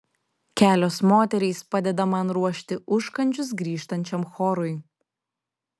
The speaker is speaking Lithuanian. kelios moterys padeda man ruošti užkandžius grįžtančiam chorui